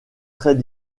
très